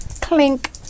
Clink